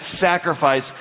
sacrifice